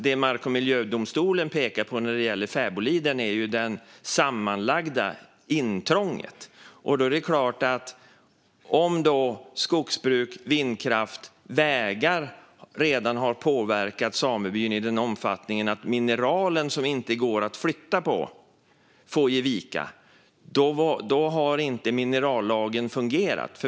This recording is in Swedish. Det mark och miljödomstolen pekar på när det gäller Fäbodliden är det sammanlagda intrånget. Om då skogsbruk, vindkraft och vägar redan har påverkat samebyn i den omfattningen att mineralerna, som inte går att flytta på, får ge vika har minerallagen inte fungerat.